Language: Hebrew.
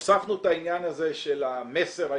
הוספנו את העניין הזה של המסר.